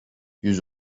yüz